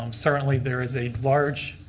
um certainly there is a large.